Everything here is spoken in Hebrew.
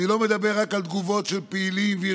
אני לא מדבר רק על תגובות של פעילים ושל